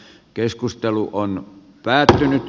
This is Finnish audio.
keskustelu panna päätään